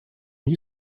you